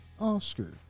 Oscar